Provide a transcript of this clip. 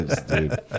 dude